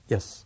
Yes